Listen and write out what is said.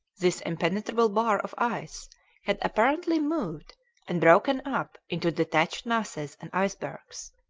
this impenetrable bar of ice had apparently moved and broken up into detached masses and icebergs.